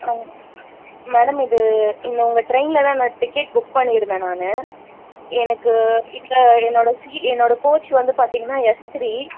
ஆ madam இது இந்த உங்கள் டிரைனில் தான் நான் டிக்கெட் புக் பண்ணியிருந்தேன் நான் எனக்கு இந்த என்னோடய ஸீ என்னோடய கோச் வந்து பார்த்தீங்கன்னா எஸ் த்ரீ